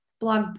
blog